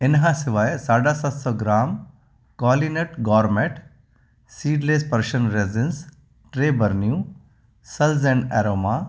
इन्हनि खां सवाइ साढा सत सौ gram Qualinut gourmet seedless Persian raisins टे बरनियूं सल्ज एंड एरोमा